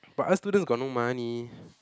but art student got no money